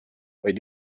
vaid